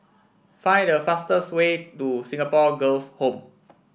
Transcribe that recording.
find the fastest way to Singapore Girls' Home